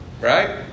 right